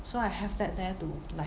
so I have that there to like